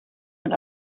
and